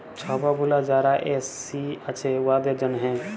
ছব গুলা যারা এস.সি আছে উয়াদের জ্যনহে